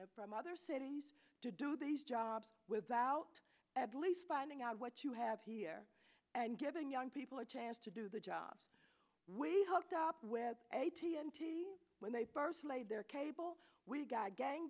from other cities to do these jobs without at least finding out what you have here and giving young people a chance to do the job way hooked up with a t n t when they first laid their cable we got gang